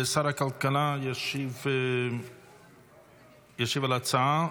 שר הכלכלה ישיב על ההצעה.